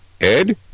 Ed